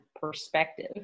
perspective